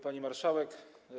Pani Marszałek!